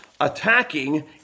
attacking